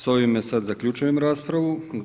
S ovime sada zaključujem raspravu.